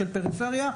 של פריפריה,